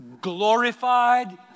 glorified